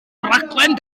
rhaglen